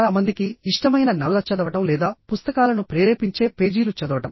చాలా మందికి ఇష్టమైన నవల చదవడం లేదా పుస్తకాలను ప్రేరేపించే పేజీలు చదవడం